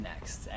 next